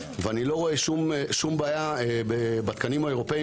ואני לא רואה שום בעיה בתקנים האירופאים